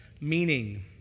meaning